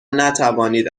نتوانید